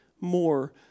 more